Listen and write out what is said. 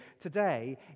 today